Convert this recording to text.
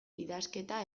idazketa